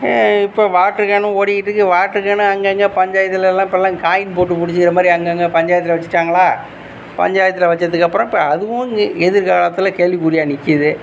இப்போ வாட்ருக்கேன் ஓடிகிட்டுருக்கு வாட்ருக்கேன் அங்கங்க பஞ்சாயத்துலல்லாம் இப்போலாம் காயின் போட்டு பிடிச்சிக்கிற மாதிரி அங்கங்க பஞ்சாயத்தில் வச்சுட்டாங்களா பஞ்சாயத்தில் வச்சத்துக்கு அப்பறம் இப்போ அதுவும் எ எதிர்காலத்தில் கேள்விக்குறியாக நிக்குது